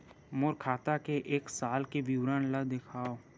मोर खाता के एक साल के विवरण ल दिखाव?